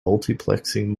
multiplexing